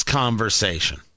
conversation